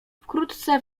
wkrótce